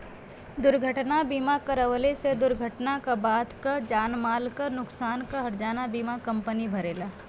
दुर्घटना बीमा करवले से दुर्घटना क बाद क जान माल क नुकसान क हर्जाना बीमा कम्पनी भरेला